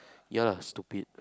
ya lah stupid